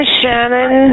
Shannon